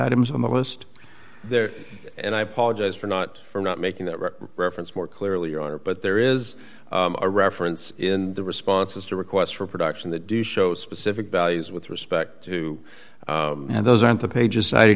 items on the list there and i apologize for not for not making that reference more clearly your honor but there is a reference in the responses to request for production that do show specific values with respect to and those aren't the pages cited